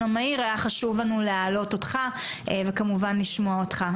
המהיר היה חשוב לנו להעלות אותך וכמובן לשמוע אותך,